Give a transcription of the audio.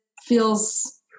feels